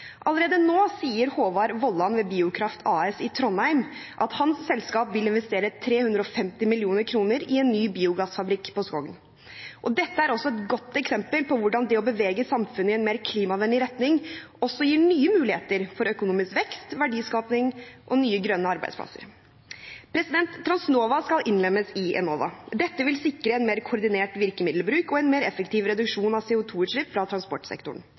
Allerede nå sier Håvard Wollan ved Biokraft AS i Trondheim at hans selskap vil investere 350 mill. kr i en ny biogassfabrikk på Skogn. Dette er også et godt eksempel på hvordan det å bevege samfunnet i en mer klimavennlig retning gir nye muligheter for økonomisk vekst, verdiskaping og nye grønne arbeidsplasser. Transnova skal innlemmes i Enova. Dette vil sikre en mer koordinert virkemiddelbruk og en mer effektiv reduksjon av CO2-utslipp fra transportsektoren.